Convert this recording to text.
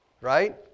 right